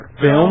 Film